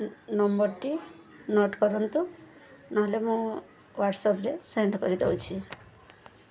ନମ୍ବର୍ଟି note କରନ୍ତୁ ନ'ହେଲେ ମୁଁ ହ୍ୱାଟ୍ସଆପ୍ରେ ସେଣ୍ଡ୍ କରିଦଉଛି